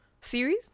series